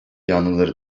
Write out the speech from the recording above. yanlıları